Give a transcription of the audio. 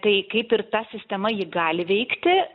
tai kaip ir ta sistema ji gali veikti